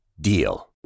DEAL